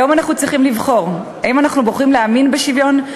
היום אנחנו צריכים לבחור האם אנחנו בוחרים להאמין בשוויון,